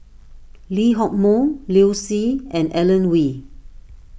Lee Hock Moh Liu Si and Alan Oei